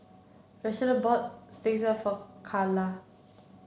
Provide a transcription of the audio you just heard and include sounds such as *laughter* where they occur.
Rashida bought *unintelligible* for Karla